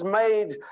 made